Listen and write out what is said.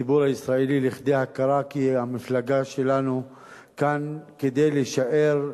הציבור הישראלי לידי הכרה כי המפלגה שלנו כאן כדי להישאר,